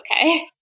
okay